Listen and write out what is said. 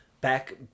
Back